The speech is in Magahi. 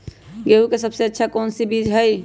गेंहू के सबसे अच्छा कौन बीज होई?